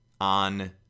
on